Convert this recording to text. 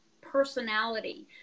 personality